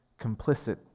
complicit